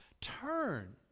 turn